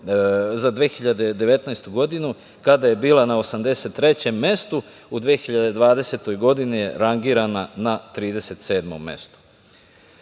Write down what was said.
na 2019. godinu kada je bila na 83. mestu, u 2020. godini je rangirana na 37. mestu.U